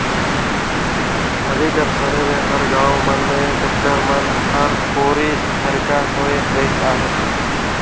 अभी कर समे मे हर गाँव मन मे टेक्टर मन हर कोरी खरिखा होए गइस अहे